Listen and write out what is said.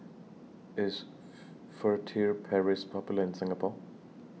IS Furtere Paris Popular in Singapore